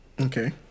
Okay